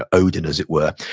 ah odin as it were.